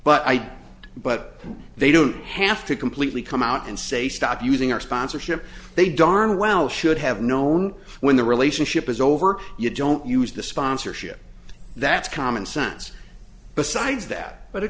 don't but they don't have to completely come out and say stop using our sponsorship they darn well should have known when the relationship is over you don't use the sponsorship that's common sense besides that but of